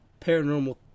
paranormal